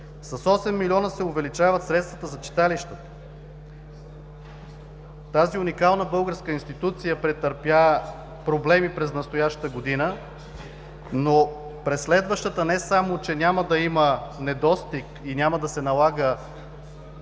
С 8 млн. лв. се увеличават средствата за читалища. Тази уникална българска институция претърпя проблеми през настоящата година, но през следващата не само че няма да има недостиг и няма да се налага